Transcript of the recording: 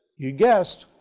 you guessed,